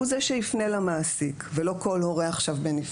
הוא זה שיפנה למעסיק, ולא כל הורה בנפרד,